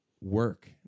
work